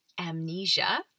Amnesia